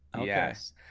yes